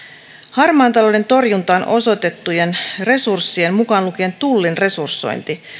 harmaan talouden torjuntaan osoitettujen resurssien mukaan lukien tullin resursointi